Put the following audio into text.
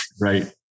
Right